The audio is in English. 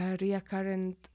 recurrent